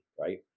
right